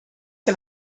que